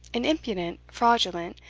an impudent, fraudulent,